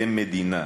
כמדינה,